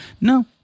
No